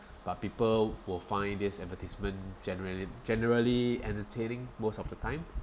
but people will find this advertisement generally generally entertaining most of the time